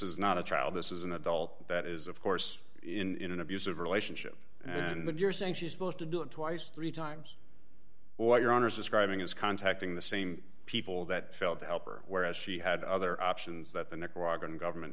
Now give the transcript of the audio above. is not a child this is an adult that is of course in an abusive relationship and you're saying she's supposed to do it twice three times what your honor is describing is contacting the same people that felt the helper whereas she had other options that the nicaraguan government